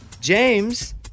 James